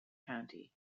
county